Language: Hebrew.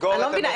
אני לא מבינה,